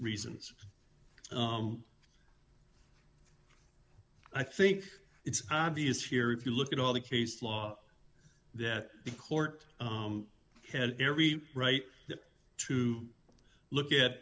reasons i think it's obvious here if you look at all the case law that the court had every right to look at